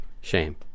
Shame